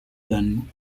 than